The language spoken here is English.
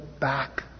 back